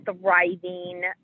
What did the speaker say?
thriving